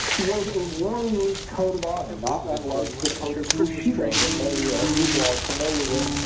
was a warriors code of honor, not unlike the code of bushido that many yeah people are familiar with,